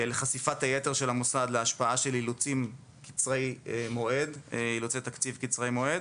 לחשיפת היתר של המוסד להשפעה של אילוצי תקציב קצרי-מועד,